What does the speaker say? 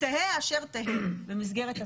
תהא אשר תהא במסגרת התמ"א.